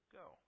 go